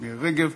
(קריאה שניה וקריאה שלישית)